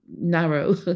narrow